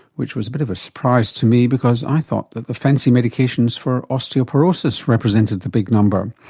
which was a bit of a surprise to me because i thought that the fancy medications for osteoporosis represented the big number.